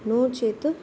नो चेत्